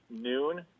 noon